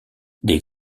des